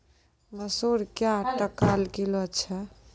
मसूर क्या टका किलो छ?